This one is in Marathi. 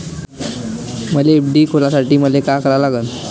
मले एफ.डी खोलासाठी मले का करा लागन?